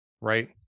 right